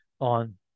on